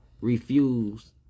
refuse